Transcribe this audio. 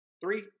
Three